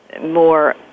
more